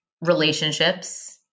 relationships